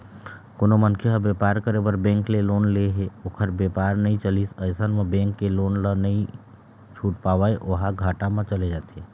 कोनो मनखे ह बेपार करे बर बेंक ले लोन ले हे ओखर बेपार नइ चलिस अइसन म बेंक के लोन ल नइ छूट पावय ओहा घाटा म चले जाथे